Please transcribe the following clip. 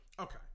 Okay